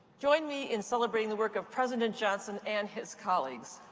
join me in celebrating the work of president johnson and his colleagues.